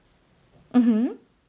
mmhmm